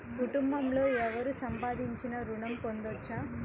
కుటుంబంలో ఎవరు సంపాదించినా ఋణం పొందవచ్చా?